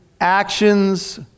actions